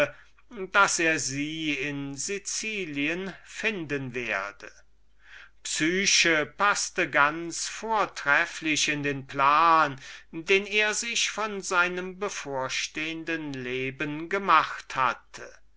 daß er sie in sicilien finden werde psyche schickte sich vortrefflich in den plan den er sich von seinem bevorstehenden leben gemacht hatte was